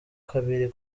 kabiri